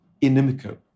inimical